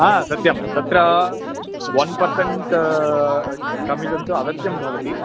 हा सत्यं तत्र वन् पर्सेण्ट् कमिशन् तु अवश्यं भवति